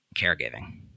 caregiving